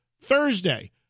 Thursday